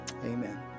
Amen